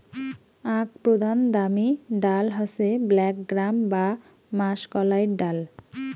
আক প্রধান দামি ডাল হসে ব্ল্যাক গ্রাম বা মাষকলাইর ডাল